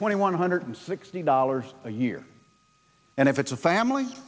twenty one hundred sixty dollars a year and if it's a family